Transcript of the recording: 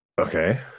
okay